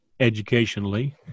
educationally